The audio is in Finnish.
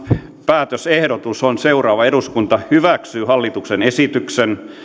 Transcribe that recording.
päätösehdotus on seuraava eduskunta hyväksyy hallituksen esitykseen